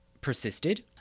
persisted